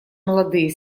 молодые